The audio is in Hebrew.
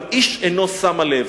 אבל איש אינו שם לב.